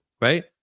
right